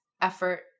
effort